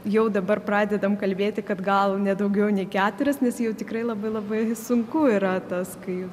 jau dabar pradedam kalbėti kad gal ne daugiau nei keturias nes jau tikrai labai labai sunku yra tas kai